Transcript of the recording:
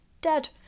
dead